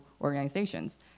organizations